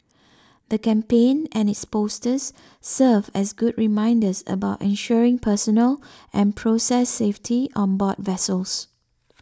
the campaign and its posters serve as good reminders about ensuring personal and process safety on board vessels